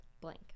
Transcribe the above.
blank